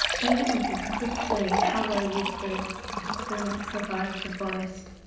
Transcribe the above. even with this clipped wing how well you flew though not so far as the forest.